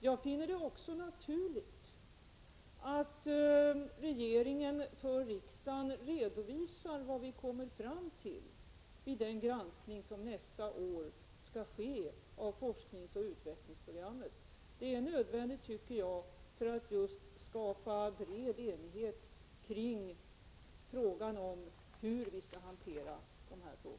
Jag finner det naturligt att vi i regeringen redovisar för riksdagen vad vi kommer fram till vid den granskning som skall ske nästa år av forskningsoch utvecklingsprogrammet. Det är enligt min mening nödvändigt för att skapa bred enighet när det gäller hur vi skall hantera dessa frågor.